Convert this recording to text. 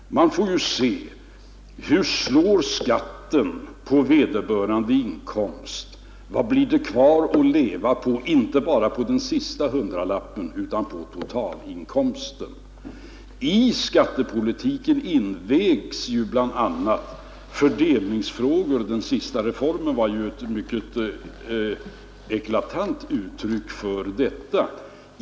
Man måste ju ta hänsyn till hur skatten slår på inkomsten i fråga och vad det blir kvar att leva på — inte bara på den sista hundralappen utan på totalinkomsten. I skattepolitiken invägs ju bl.a. fördelningsfrågor, och den sista reformen var ett mycket eklatant uttryck för detta.